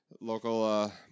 Local